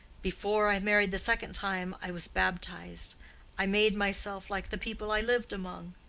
before i married the second time i was baptized i made myself like the people i lived among.